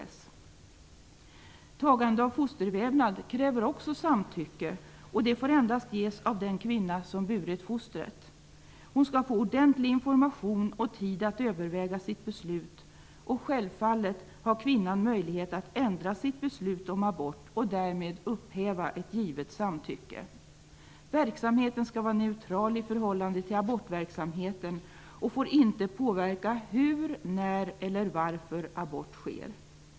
Också tagande av fostervävnad kräver samtycke. Det får endast ges av den kvinna som burit fostret. Hon skall få ordentlig information och tid att överväga sitt beslut. Självfallet har kvinnan möjlighet att ändra sitt beslut om abort och därmed upphäva ett givet samtycke. Verksamheten skall vara neutral i förhållande till abortverksamheten och får inte påverka hur, när eller varför abort sker.